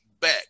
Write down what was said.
back